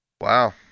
Wow